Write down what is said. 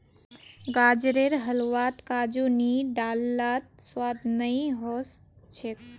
गाजरेर हलवात काजू नी डाल लात स्वाद नइ ओस छेक